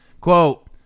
Quote